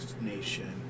nation